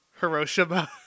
hiroshima